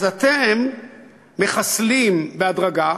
אז אתם מחסלים בהדרגה,